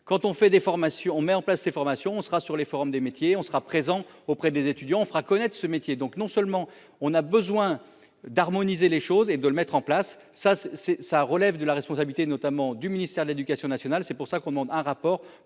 on met en place ces formations, on sera sur les forums des métiers, on sera présent auprès des étudiants, on fera connaître ce métier donc non seulement on a besoin d'harmoniser les choses et de le mettre en place ça c'est, ça relève de la responsabilité, notamment du ministère de l'Éducation nationale, c'est pour ça qu'on demande un rapport